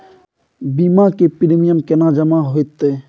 बीमा के प्रीमियम केना जमा हेते?